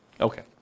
Okay